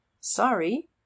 sorry